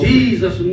Jesus